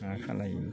मा खालायनो